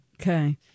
Okay